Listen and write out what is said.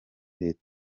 leta